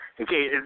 okay